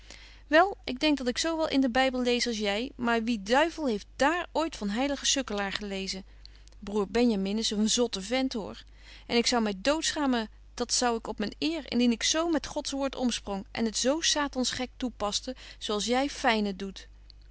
wel ik denk dat ik zo wel in den bybel lees als jy maar wie duivel heeft dààr ooit van heilige sukkelaar gelezen broer benjamin is een zotte vent hoor en ik zou my dood schamen dat zou ik op myn eer indien ik zo met gods woord omsprong en het zo satans gek toepaste zo als jy fynen doet